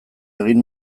egin